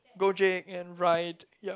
go drink and ride yup